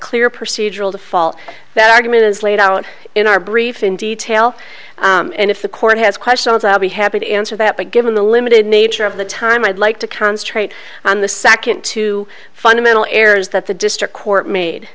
clear procedural default that argument is laid out in our brief in detail and if the court has questions i'll be happy to answer that but given the limited nature of the time i'd like to concentrate on the second two fundamental errors that the district court made